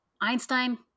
Einstein